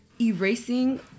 erasing